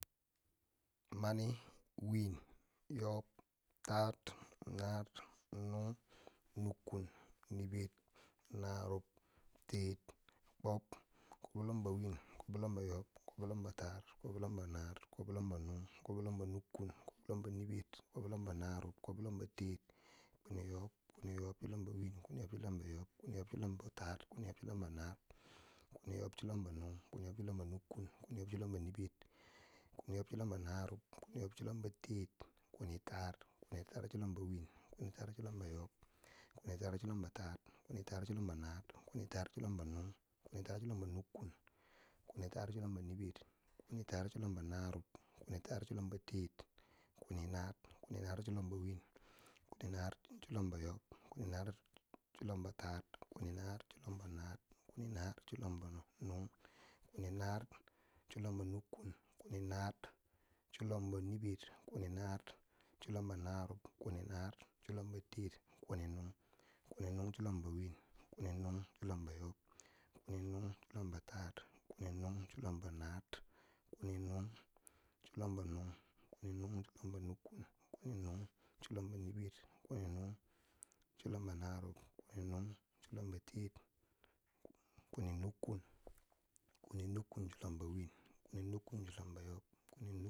Mani, win, yob, taar, naar, nung, nukku, niber, na rub, teer, kwob, kwob chilonbo win, kwob, chilonbo yob, kwob chilonbo taar, kwob chilombo naar, kwob chilombo nung, kwob chilombo nukkun, kwob chilombo niber, kwob chilombo na rub, kwob chilombo teer, kwini yob, kwini yob chilombo win, kwini yob, chilombo yob, kwini yob chilombo taar, kwini yob chilombo naar, kwini yob chilombo nung, kwini yob chilombo nukkun, kwini yob chilombo niber, kwini yob chilombo na rub, kwini yob chilombo teer, kwini taar, kwini taar, chilombo win chilombo yob, kwini taar chilombo naar, kwini taar chilombo nung, kwini taar chilombo nukkun, kwini taar chilombo niber, kwini taar chilombo naarub, kwini taar chilombo teer, kwini naar, kwini naar chilombo win, kwini naar chilombo yob, kwini naar chilombo taar, kwini naar chilombo naar, kwini naar chilombo nung, kwini naar chilombo nukkun, kwini naar chilombo niber, kwini naar chilombo narub, kwini naar chilombo teer, kwini nung, kwini nung chilombo win, kwini nung chilombo yob, kwini nung chilombo taar, kwini nung chilombo naar, kwini nung chilombo nung, kwini nung chilombo nukkun, kwini nung chilombo niber, kwini nung chilombo naarub, kwini nung chilombo teer, kwini nukkun, kwini nukkun chilombo win, kwini nukkun chilombo yob, kwini nukkun.